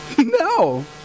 No